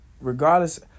Regardless